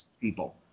people